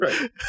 right